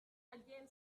again